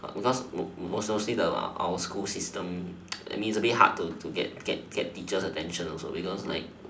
because mostly the our school system I mean it's a bit hard to get get get teacher's attention also because like